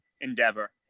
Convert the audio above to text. endeavor